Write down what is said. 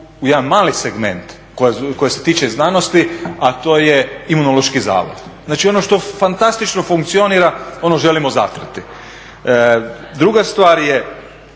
u jedan mali segment koji se tiče znanosti a to je Imunološki zavod. Znači i ono što fantastično funkcionira ono želimo zatrti. Druga stvar je,